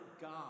God